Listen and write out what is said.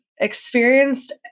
experienced